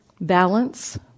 balance